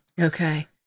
Okay